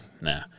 Nah